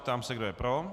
Ptám se, kdo je pro.